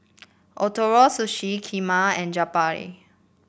Ootoro Sushi Kheema and Japchae